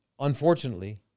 Unfortunately